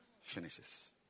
finishes